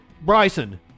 Bryson